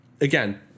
again